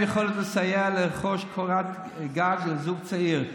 יכולת לסייע לרכוש קורת גג לזוג הצעיר.